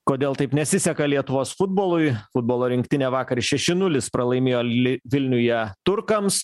kodėl taip nesiseka lietuvos futbolui futbolo rinktinė vakar šeši nulis pralaimėjo li vilniuje turkams